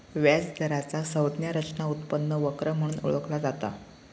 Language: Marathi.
व्याज दराचा संज्ञा रचना उत्पन्न वक्र म्हणून ओळखला जाता